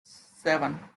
seven